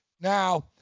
Now